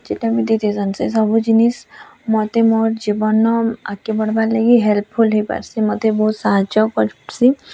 ସବୁ ଜିନିଷ୍ ମୋତେ ମୋର୍ ଜୀବନର ଆଗ୍କେ ବଢ଼୍ବାର୍ ଲାଗି ହେଲ୍ପଫୁଲ୍ ହୋଇପାର୍ସି ମୋତେ ବହୁତ୍ ସାହାଯ୍ୟ କରସି